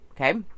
okay